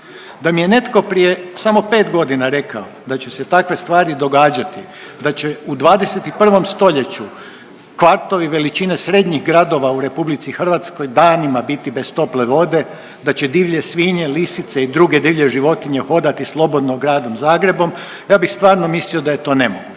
Da mi je netko samo prije pet godina rekao da će se takve stvari događati, da će u 21. stoljeću kvartovi veličine srednjih gradova u RH danima biti bez tople vode, da će divlje svinje, lisice i druge divlje životinje hodati slobodno Gradom Zagrebom, ja bih stvarno mislio da je to nemoguće.